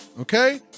okay